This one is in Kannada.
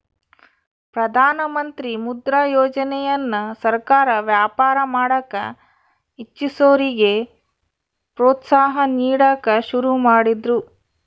ಪ್ರಧಾನಮಂತ್ರಿ ಮುದ್ರಾ ಯೋಜನೆಯನ್ನ ಸರ್ಕಾರ ವ್ಯಾಪಾರ ಮಾಡಕ ಇಚ್ಚಿಸೋರಿಗೆ ಪ್ರೋತ್ಸಾಹ ನೀಡಕ ಶುರು ಮಾಡಿದ್ರು